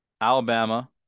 Alabama